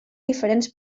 diferents